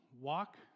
Walk